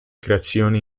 creazioni